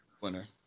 winner